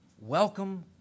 Welcome